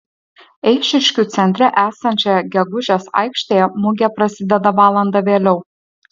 eišiškių centre esančioje gegužės aikštėje mugė prasideda valanda vėliau